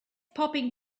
popping